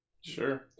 Sure